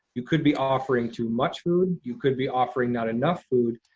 you could be offering too much food, you could be offering not enough food,